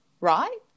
right